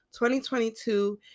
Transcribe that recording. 2022